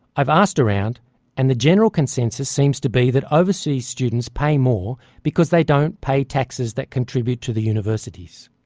i've asked around and the general consensus seems to be that overseas students pay more because they don't pay taxes that contribute to the university. so